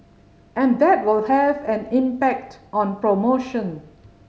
and that will have an impact on promotion